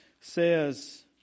says